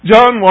John